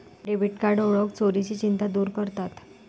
debit card ओळख चोरीची चिंता दूर करतात